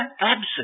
absent